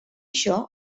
això